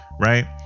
Right